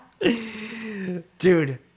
dude